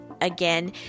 again